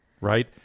right